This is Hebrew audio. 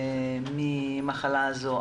ממחלה זו.